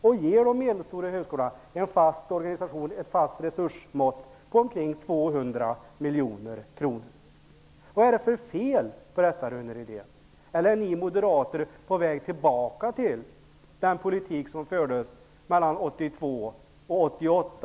Då skulle de medelstora högskolorna ges en fast organisation med ett fast resursmått på ca 200 miljoner kronor. Vad är det för fel på detta, Rune Rydén? Är ni moderater på väg tillbaka till den politik som fördes mellan 1982 och 1988?